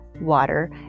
water